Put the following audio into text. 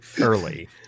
Early